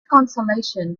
consolation